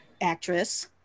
actress